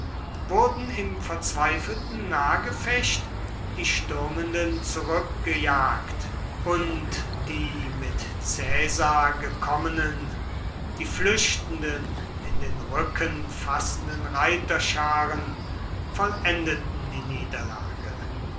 wurden im verzweifelten nahgefecht die stürmenden zurückgejagt und die mit caesar gekommenen die flüchtenden in den rücken fassenden reiterscharen vollendeten die niederlage